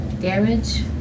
damage